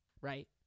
Right